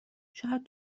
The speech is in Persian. شاید